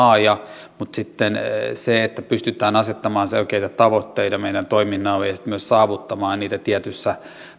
laaja mutta sitten puuttui se että pystytään asettamaan selkeitä tavoitteita meidän toiminnallemme ja myös saavuttamaan niitä tietyssä